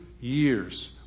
years